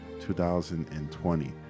2020